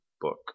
book